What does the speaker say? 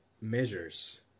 measures